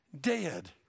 dead